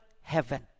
heaven